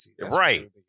right